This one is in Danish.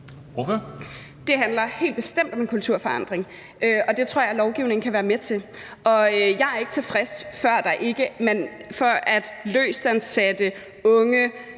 Det handler helt bestemt om en kulturforandring, og det tror jeg at lovgivning kan være med til. Jeg er ikke tilfreds, før løstansatte, unge